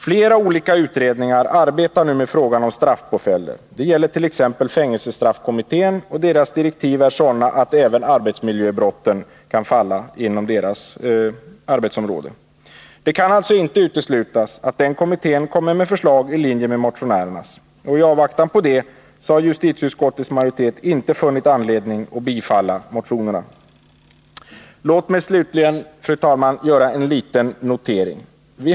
Flera olika utredningar arbetar nu med frågan om straffpåföljder. Det gäller t.ex. fängelsestraffkommittén. Dess direktiv är sådana att även arbetsmiljöbrotten kan falla inom dess arbetsområde. Det kan alltså inte 33 uteslutas att den kommittén kommer med förslag i linje med motionärernas. I avvaktan härpå har justitieutskottets majoritet inte funnit anledning att tillstyrka motionerna. Låt mig slutligen, fru talman, göra en liten notering.